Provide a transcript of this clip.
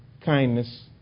kindness